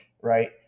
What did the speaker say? right